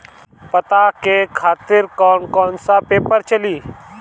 पता के खातिर कौन कौन सा पेपर चली?